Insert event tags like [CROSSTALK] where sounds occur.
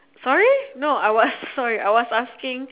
sorry no I was [NOISE] sorry I was asking